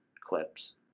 clips